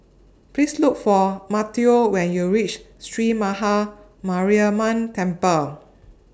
Please Look For Mateo when YOU REACH Sree Maha Mariamman Temple